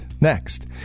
next